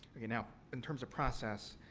you know in terms of process,